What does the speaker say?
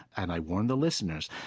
and i warn the listeners,